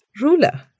ruler